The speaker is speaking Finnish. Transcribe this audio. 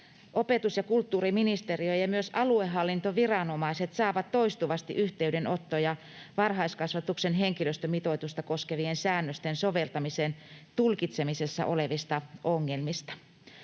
opetus- ja kulttuuriministeriö ja myös aluehallintoviranomaiset saavat toistuvasti yhteydenottoja varhaiskasvatuksen henkilöstömitoitusta koskevien säännösten soveltamisen tulkitsemisessa olevista ongelmista.